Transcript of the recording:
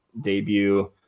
debut